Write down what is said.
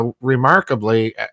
Remarkably